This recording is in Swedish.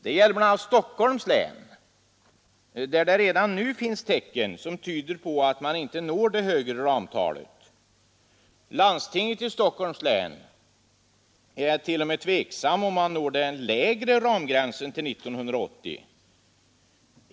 Det gäller bl.a. Stockholms län där det redan nu finns tecken som tyder på att man inte når det högre ramtalet. Landstinget i Stockholms län ställer sig t.o.m. tvivlande till om man når den lägre ramgränsen till 1980.